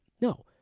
no